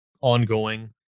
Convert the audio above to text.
ongoing